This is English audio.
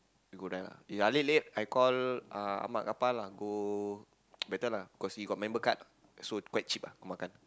we got there lah if Alif late I call uh Ahmad-Kapal ah go better lah cause he got member card so quite cheap ah go makan